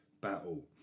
battle